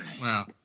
Wow